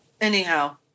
anyhow